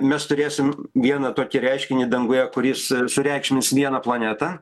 mes turėsim vieną tokį reiškinį danguje kuris sureikšmins vieną planetą